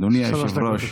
אדוני היושב-ראש,